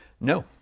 No